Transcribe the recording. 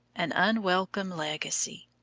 an unwelcome legacy.